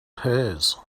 hers